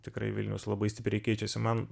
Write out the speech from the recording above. tikrai vilnius labai stipriai keičiasi man